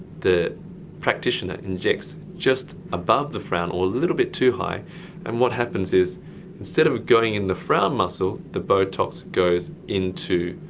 the practitioner injects just above the frown or a little bit too high and what happens is instead of it going in the frown muscle the botox goes into